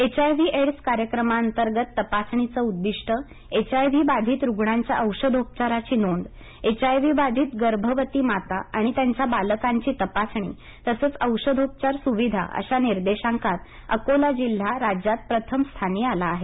HIV AIDS कार्यक्रमा अंतर्गत तपासणीचं उद्दिष्ट एचआयव्ही बाधित रुग्णांच्या औषधोपचाराची नोंद एचआयव्हीबाधित गर्भवती माता आणि त्यांच्या बालकांची तपासणी तसंच औषधोपचार सुविधा अशा निर्देशांकात अकोला जिल्हा राज्यात प्रथम स्थानी आला आहे